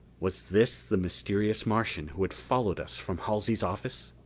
was this the mysterious martian who had followed us from halsey's office?